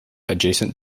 adjacent